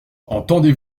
entendez